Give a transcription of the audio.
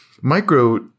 micro –